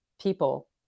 people